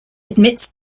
admits